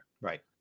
Right